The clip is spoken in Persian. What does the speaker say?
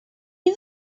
این